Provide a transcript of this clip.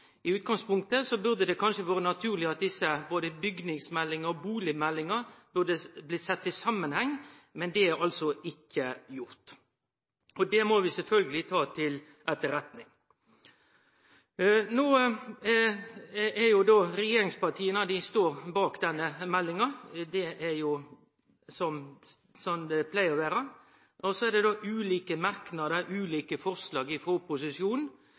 I utgangspunktet hadde det kanskje vore naturleg at desse to, både bygningsmeldinga og bustadmeldinga, hadde blitt sett i samanheng, men det er ikkje gjort. Det må vi sjølvsagt ta til etterretning. Regjeringspartia står bak denne meldinga, det er jo slik det pleier å vere, og så er det ulike merknader og ulike forslag frå opposisjonen.